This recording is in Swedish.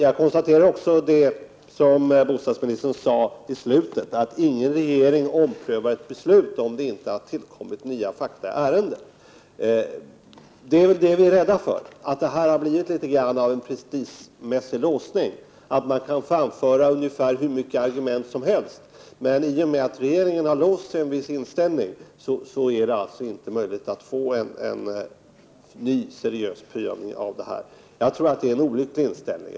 Jag noterar också vad bostadsministern sade i slutet av sitt tidigare inlägg, nämligen att ingen regering omprövar ett beslut om det inte har tillkommit nya fakta i ärendet. Vad vi är rädda för är väl just att det i viss mån har blivit en prestigemässig låsning. Man kan få komma med hur många argument som helst, men i och med att regeringen har låst sig i en viss inställning är det alltså inte möjligt att få en ny seriös prövning av ärendet. Jag tror att den inställningen är olycklig.